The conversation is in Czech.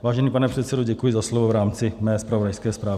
Vážený pane předsedo, děkuji za slovo v rámci mé zpravodajské zprávy.